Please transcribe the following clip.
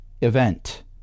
event